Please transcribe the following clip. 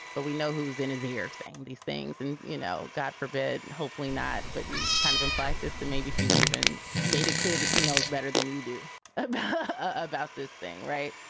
but we know who's in his ear saying these things and, you know, god forbid and hopefully not. but you you kind of imply this, that maybe she's even made it clear that she knows better than you do about about this thing. right.